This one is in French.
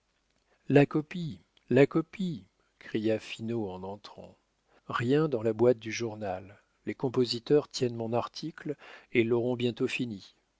la copie la copie cria finot en entrant rien dans la boîte du journal les compositeurs tiennent mon article et l'auront bientôt fini